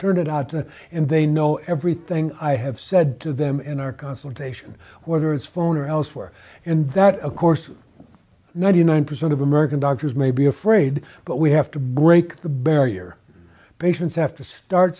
turn it out and they know everything i have said to them in our consultation whether it's phone or elsewhere and that of course ninety nine percent of american doctors may be afraid but we have to break the barrier patients have to start